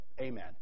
Amen